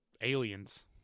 aliens